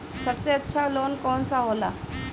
सबसे अच्छा लोन कौन सा होला?